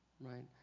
right